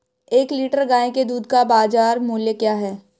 एक लीटर गाय के दूध का बाज़ार मूल्य क्या है?